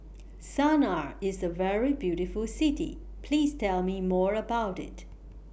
Sanaa IS A very beautiful City Please Tell Me More about IT